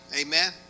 Amen